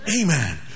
Amen